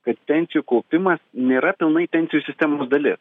kad pensijų kaupimas nėra pilnai pensijų sistemos dalis